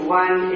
one